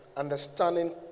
Understanding